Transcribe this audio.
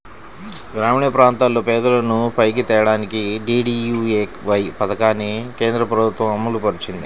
గ్రామీణప్రాంతాల్లో పేదలను పైకి తేడానికి డీడీయూఏవై పథకాన్ని కేంద్రప్రభుత్వం అమలుపరిచింది